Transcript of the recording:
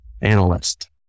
analyst